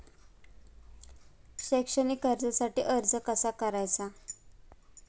शैक्षणिक कर्जासाठी अर्ज कसा करायचा?